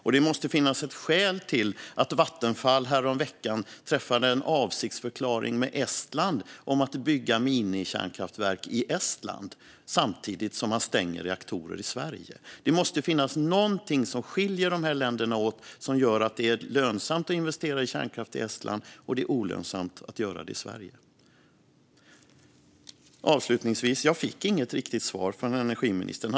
Det måste också finnas ett skäl till att Vattenfall häromveckan träffade en avsiktsförklaring med Estland om att bygga minikärnkraftverk i Estland samtidigt som man stänger reaktorer i Sverige. Det måste finnas någonting som skiljer dessa länder åt och som gör att det är lönsamt att investera i kärnkraft i Estland men olönsamt att göra det i Sverige. Jag fick inget riktigt svar från energiministern.